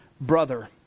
Brother